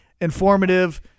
informative